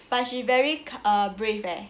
but she very brave leh